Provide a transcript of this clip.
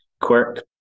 quirk